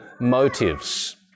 motives